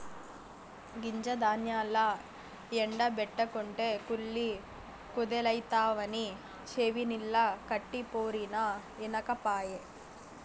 గింజ ధాన్యాల్ల ఎండ బెట్టకుంటే కుళ్ళి కుదేలైతవని చెవినిల్లు కట్టిపోరినా ఇనకపాయె